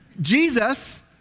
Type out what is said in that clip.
Jesus